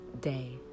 day